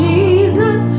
Jesus